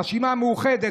הרשימה המאוחדת,